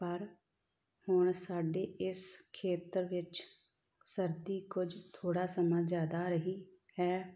ਪਰ ਹੁਣ ਸਾਡੇ ਇਸ ਖੇਤਰ ਵਿੱਚ ਸਰਦੀ ਕੁਝ ਥੋੜ੍ਹਾ ਸਮਾਂ ਜ਼ਿਆਦਾ ਰਹੀ ਹੈ